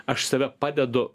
aš save padedu